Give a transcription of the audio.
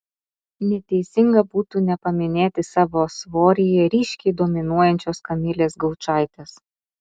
neteisinga būtų nepaminėti savo svoryje ryškiai dominuojančios kamilės gaučaitės